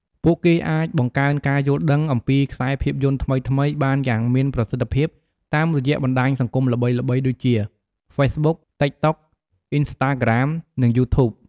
ពួកគេអាច បង្កើនការយល់ដឹង អំពីខ្សែភាពយន្តថ្មីៗបានយ៉ាងមានប្រសិទ្ធភាពតាមរយៈបណ្ដាញសង្គមល្បីៗដូចជា ហ្វេសប៊ុក (Facebook), តិកតុក (TikTok), អុីនស្តាក្រាម (Instagram), និង យូធូប (YouTube)។